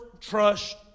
trust